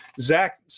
Zach